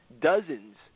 dozens